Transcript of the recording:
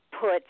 put